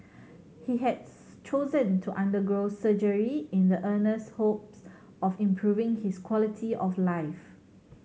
he has chosen to undergo surgery in the earnest hopes of improving his quality of life